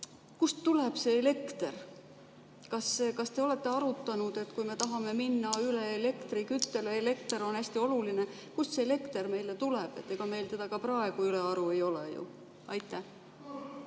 kust tuleb elekter. Kas te olete arutanud, et kui me tahame minna üle elektriküttele – elekter on hästi oluline –, siis kust see elekter meile tuleb? Ega meil teda praegugi ju ülearu ei ole. Aitäh,